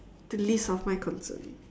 the least of my concern